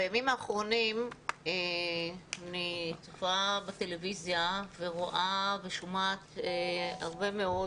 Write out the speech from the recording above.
בימים האחרונים אני צופה בטלוויזיה ורואה ושומעת הרבה מאוד,